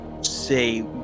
say